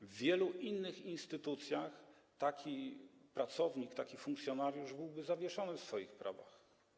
W wielu innych instytucjach taki pracownik, taki funkcjonariusz byłby zawieszony w swoich prawach.